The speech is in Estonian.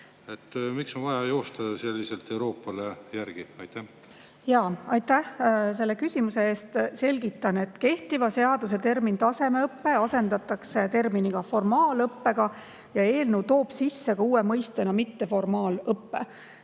Miks on vaja joosta selliselt Euroopale järgi? Aitäh selle küsimuse eest! Selgitan, et kehtiva seaduse termin "tasemeõpe" asendatakse terminiga "formaalõpe" ja eelnõu toob sisse ka uue mõiste mitteformaalõpe.